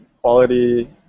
quality